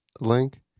link